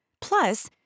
Plus